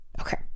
Okay